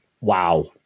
wow